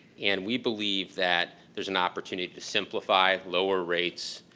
and we believe that there's an opportunity to simplify, lower rates,